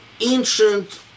ancient